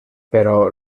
però